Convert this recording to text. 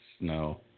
no